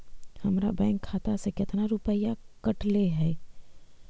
हमरा बैंक खाता से कतना रूपैया कटले है?